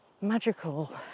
magical